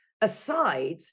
aside